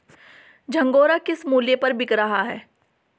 झंगोरा किस मूल्य पर बिक रहा है?